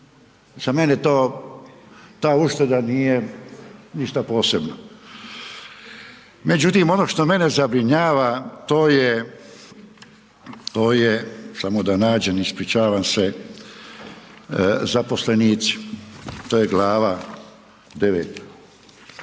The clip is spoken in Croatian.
Za mene to ta ušteda nije ništa posebno. Međutim, ono što mene zabrinjava, to je samo da nađem, ispričavam se zaposlenici, to je glava 9.